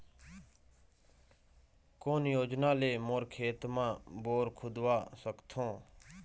कोन योजना ले मोर खेत मा बोर खुदवा सकथों?